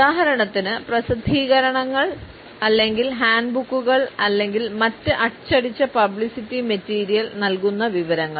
ഉദാഹരണത്തിന് പ്രസിദ്ധീകരണങ്ങൾ അല്ലെങ്കിൽ ഹാൻഡ്ബുക്കുകൾ അല്ലെങ്കിൽ മറ്റ് അച്ചടിച്ച പബ്ലിസിറ്റി മെറ്റീരിയൽ നൽകുന്ന വിവരങ്ങൾ